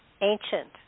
ancient